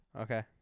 Okay